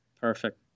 Perfect